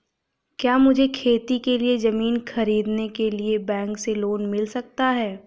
क्या मुझे खेती के लिए ज़मीन खरीदने के लिए बैंक से लोन मिल सकता है?